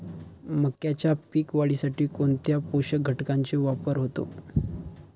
मक्याच्या पीक वाढीसाठी कोणत्या पोषक घटकांचे वापर होतो?